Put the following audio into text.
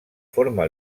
forma